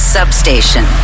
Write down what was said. Substation